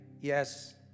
yes